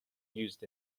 used